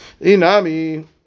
Inami